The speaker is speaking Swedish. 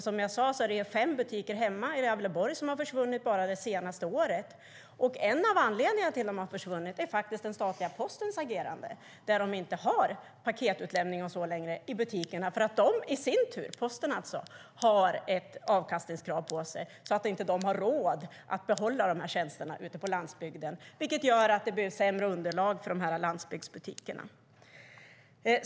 Som jag sade är det fem butiker hemma i Gävleborg som har försvunnit bara det senaste året. En av anledningarna till att de har försvunnit är den statliga Postens agerande. De har inte längre paketutlämning och annat i butikerna, därför att Posten i sin tur har ett avkastningskrav på sig som gör att de inte har råd att behålla de här tjänsterna ute på landsbygden, vilket gör att det blir sämre underlag för landsbygdsbutikerna.